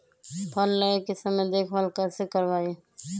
फल लगे के समय देखभाल कैसे करवाई?